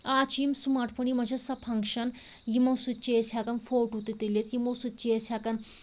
آز چھِ یِم سٕماٹ فون یِمن چھِ سۄ فنٛگشَن یِمو سۭتۍ چھِ أسۍ ہٮ۪کان فوٹو تہِ تُلِتھ یِمو سۭتۍ چھِ أسۍ ہٮ۪کان